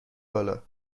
بالا